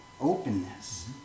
openness